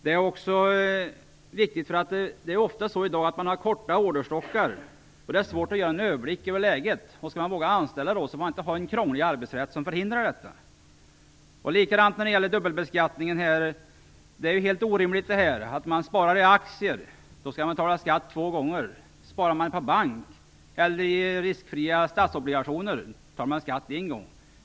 I dag har man ofta korta orderstockar, och det är svårt att få en överblick över läget. Skall man då våga anställa kan man inte ha en krånglig arbetsrätt som lägger hinder i vägen. Det är likadant när det gäller dubbelbeskattningen. Det är helt orimligt att man skall betala skatt två gånger när man sparar i aktier - sparar man på bank eller i riskfria statsobligationer betalar man skatt en gång.